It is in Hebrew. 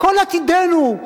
"כל עתידנו",